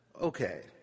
okay